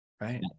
Right